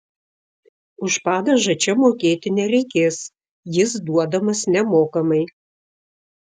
už padažą čia mokėti nereikės jis duodamas nemokamai